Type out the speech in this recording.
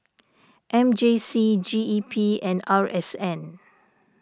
M J C G E P and R S N